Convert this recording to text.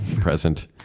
present